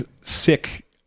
sick